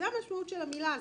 זו המשמעות של המילה הזו.